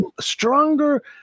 stronger